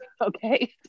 Okay